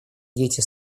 дети